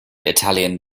italian